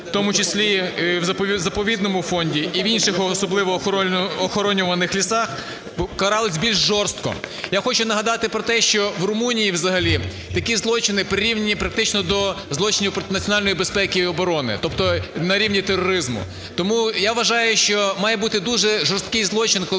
в тому числі і в заповідному фонді, і в інших особливо охоронюваних лісах, каралась більш жорстко. Я хочу нагадати про те, що в Румунії взагалі такі злочини прирівняні практично до злочинів проти національної безпеки і оборони, тобто на рівні тероризму. Тому я вважаю, що має бути дуже жорсткий злочин, коли